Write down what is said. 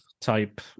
type